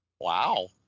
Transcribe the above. Wow